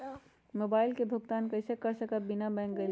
Mobile के भुगतान कईसे कर सकब बिना बैंक गईले?